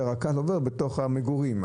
שרכ"ל עוברת בתוך המגורים,